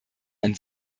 ein